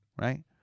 right